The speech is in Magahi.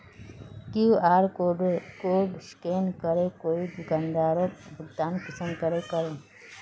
कियु.आर कोड स्कैन करे कोई दुकानदारोक भुगतान कुंसम करे करूम?